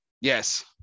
Yes